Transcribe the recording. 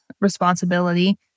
responsibility